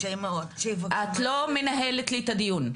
אז שהאימהות --- את לא מנהלת לי את הדיון,